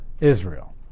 Israel